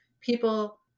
people